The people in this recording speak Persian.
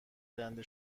رنده